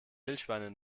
wildschweine